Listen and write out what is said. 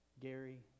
Gary